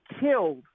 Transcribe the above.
killed